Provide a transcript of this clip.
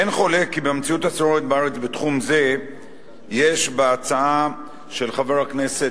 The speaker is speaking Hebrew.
אין חולק כי במציאות השוררת בארץ בתחום זה יש בהצעה של חבר הכנסת